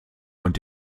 und